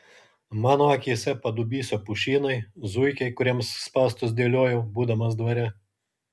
mano akyse padubysio pušynai zuikiai kuriems spąstus dėliojau būdamas dvare